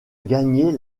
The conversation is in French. gagner